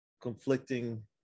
conflicting